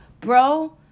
bro